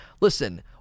Listen